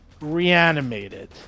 reanimated